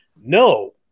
no